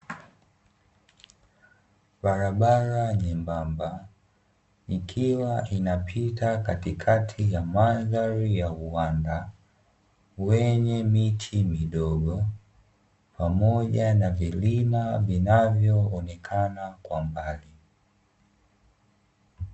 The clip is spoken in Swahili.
Barabara nyembamba ikiwa inapita katikati ya mandhari ya uwanda wenye miti midogo pamoja na vilima vinavyo onekana kwa mbali.